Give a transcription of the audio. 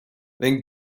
then